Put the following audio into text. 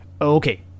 Okay